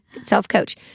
self-coach